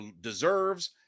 deserves